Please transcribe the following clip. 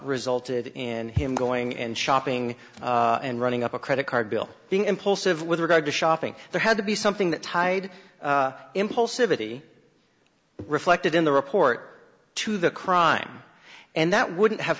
resulted in him going and shopping and running up a credit card bill being impulsive with regard to shopping there had to be something that tied impulsivity reflected in the report to the crime and that wouldn't have